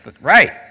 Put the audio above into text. right